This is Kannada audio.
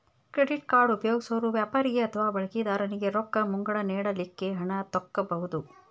ಕ್ರೆಡಿಟ್ ಕಾರ್ಡ್ ಉಪಯೊಗ್ಸೊರು ವ್ಯಾಪಾರಿಗೆ ಅಥವಾ ಬಳಕಿದಾರನಿಗೆ ರೊಕ್ಕ ಮುಂಗಡ ನೇಡಲಿಕ್ಕೆ ಹಣ ತಕ್ಕೊಬಹುದು